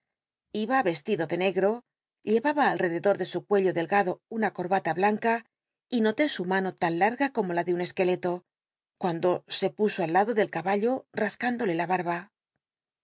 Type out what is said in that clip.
iba c ti do de negt'o llera ha alrededor de su cuello delgado una corbata blanca noté su mano tan larga como la de un esqueleto cuando se puso al lado del caballo rascá ndose la ba